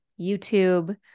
YouTube